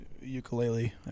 ukulele